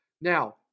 now